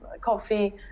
coffee